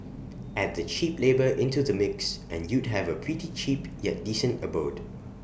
add the cheap labour into the mix and you'd have A pretty cheap yet decent abode